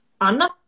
Anna